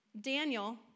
Daniel